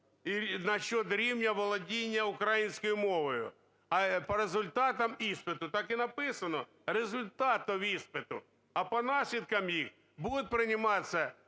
насчет рівня володіння української мовою. А по результатам іспиту так і написано – результатів іспиту. А по наслідкам їх будуть прийматися